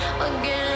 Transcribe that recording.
again